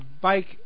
bike